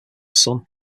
son